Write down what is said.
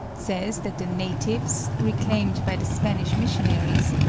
says that the natives, reclaimed by the spanish missionaries,